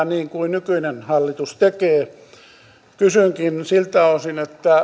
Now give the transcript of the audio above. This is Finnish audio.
niin kuin nykyinen hallitus kysynkin siltä osin